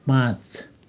पाँच